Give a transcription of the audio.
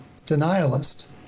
denialist